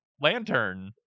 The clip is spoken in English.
lantern